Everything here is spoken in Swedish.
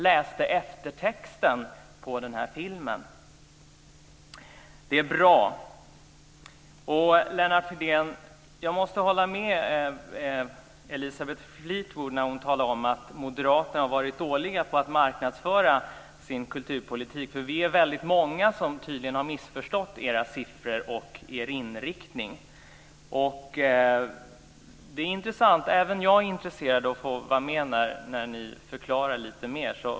Vi satt t.o.m. kvar och läste eftertexten. Jag måste hålla med Elisabeth Fleetwood när hon talade om att Moderaterna har varit dåliga på att marknadsföra sin kulturpolitik, Lennart Fridén. Vi är tydligen väldigt många som har missförstått era siffror och er inriktning. Även jag är intresserad av att få vara med när ni förklarar lite mer.